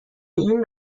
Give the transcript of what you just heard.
این